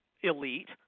elite –